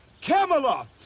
Camelot